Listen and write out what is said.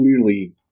clearly